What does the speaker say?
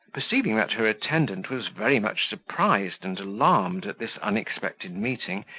perceiving that her attendant was very much surprised and alarmed at this unexpected meeting,